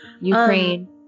Ukraine